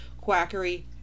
quackery